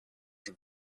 have